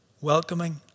welcoming